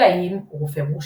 אלא אם הוא רופא מורשה".